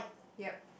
yep